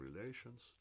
relations